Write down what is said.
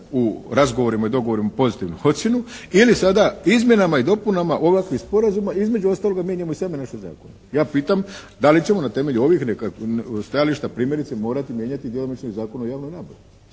u razgovorima i dogovorima pozitivnu ocjenu ili sada izmjenama i dopunama ovakvih sporazuma, između ostaloga mijenjamo i sami naše zakone. Ja pitam da li ćemo na temelju ovih stajališta primjerice morati mijenjati djelomično i Zakon o javnoj nabavi.